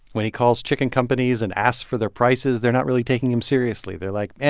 when he calls chicken companies and asks for their prices, they're not really taking him seriously. they're like, yeah